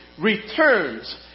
returns